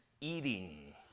eating